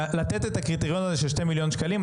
לתת את הקריטריון הזה של 2 מיליון שקלים,